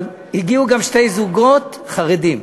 אבל הגיעו גם שני זוגות חרדים,